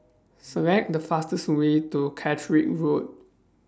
Select The fastest Way to Catterick Road